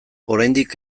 oraindik